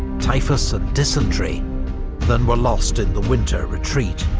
typhus and dysentery than were lost in the winter retreat.